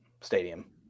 stadium